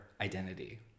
identity